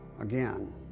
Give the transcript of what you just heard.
again